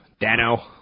Dano